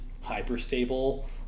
hyper-stable